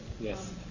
yes